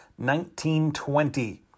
1920